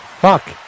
Fuck